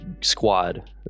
squad